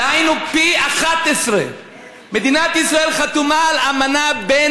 דהיינו פי 11. מדינת ישראל חתומה על אמנה בין